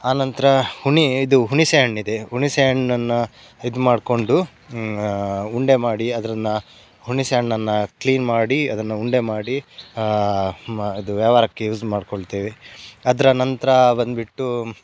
ಆ ನಂತರ ಹುಣಿ ಇದು ಹುಣಿಸೆ ಹಣ್ಣಿದೆ ಹುಣಿಸೆ ಹಣ್ಣನ್ನ ಇದು ಮಾಡಿಕೊಂಡು ಉಂಡೆ ಮಾಡಿ ಅದರನ್ನ ಹುಣಿಸೆ ಹಣ್ಣನ್ನ ಕ್ಲೀನ್ ಮಾಡಿ ಅದನ್ನು ಉಂಡೆ ಮಾಡಿ ಇದು ವ್ಯವಹಾರಕ್ಕೆ ಯೂಸ್ ಮಾಡಿಕೊಳ್ತೆವೆ ಅದರ ನಂತರ ಬಂದುಬಿಟ್ಟು